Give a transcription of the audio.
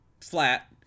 flat